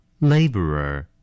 Laborer